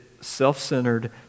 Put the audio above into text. self-centered